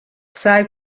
سعی